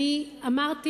אמרתי